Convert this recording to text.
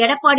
Edappadi